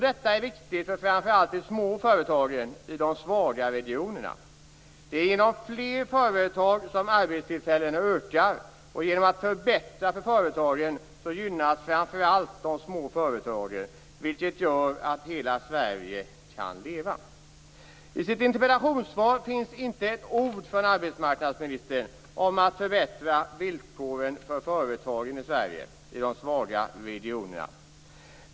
Detta är viktigt för framför allt småföretagen i de svaga regionerna. Det är genom fler företag som arbetstillfällena ökar. Genom att förbättra för företagen gynnas framför allt de små företagen, vilket gör att hela Sverige kan leva. I sitt interpellationssvar säger arbetsmarknadsministern inte ett ord om att förbättra villkoren för företagen i Sverige i de svaga regionerna.